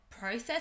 process